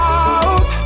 out